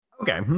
Okay